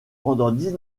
dix